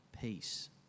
peace